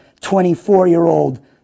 24-year-old